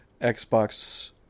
Xbox